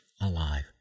alive